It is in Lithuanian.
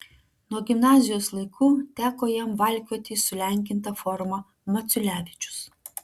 nuo gimnazijos laikų teko jam valkioti sulenkintą formą maculevičius